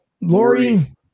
Lori